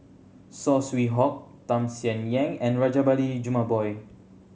Saw Swee Hock Tham Sien Yen and Rajabali Jumabhoy